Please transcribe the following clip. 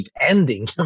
ending